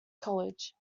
college